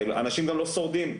אנשים גם לא שורדים,